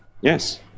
Yes